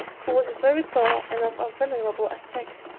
who was very tall, and of a venerable aspect.